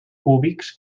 cúbics